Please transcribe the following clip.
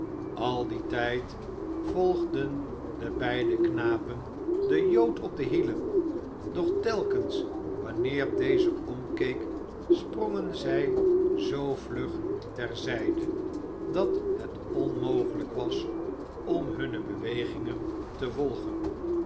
al dien tijd volgden de beide knapen den jood op de hielen doch telkens wanneer deze omkeek sprongen zij zoo vlug ter zijde dat het onmogelijk was om hunne bewegingen te volgen